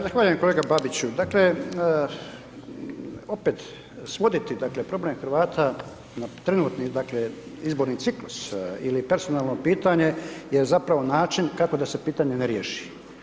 Zahvaljujem kolega Babiću, dakle opet svoditi dakle problem Hrvata na trenutni dakle izborni ciklus ili personalno pitanje je zapravo način kako da se pitanje ne riješi.